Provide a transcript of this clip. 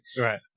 right